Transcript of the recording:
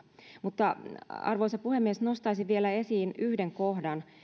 mutta arvoisa puhemies nostaisin vielä esiin yhden kohdan